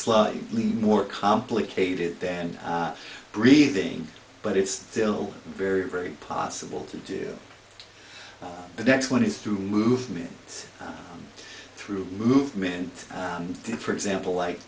slightly more complicated than breathing but it's still very very possible to do the next one is through movement through movement in for example like